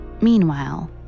Meanwhile